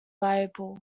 label